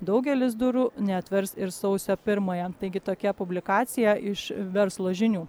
daugelis durų neatvers ir sausio pirmąją taigi tokia publikacija iš verslo žinių